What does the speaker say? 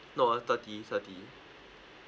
no uh thirty thirty